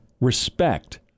respect